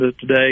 today